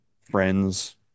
friends